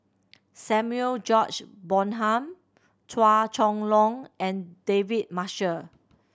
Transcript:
Samuel George Bonham Chua Chong Long and David Marshall